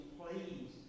please